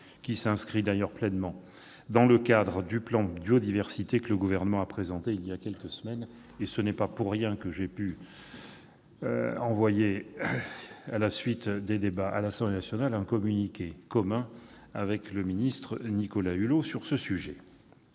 Elle s'inscrit d'ailleurs pleinement dans le cadre du plan Biodiversité que le Gouvernement a présenté voilà quelques semaines. Ce n'est pas pour rien que j'ai pu envoyer, à la suite des débats à l'Assemblée nationale, un communiqué commun avec Nicolas Hulot sur ce thème.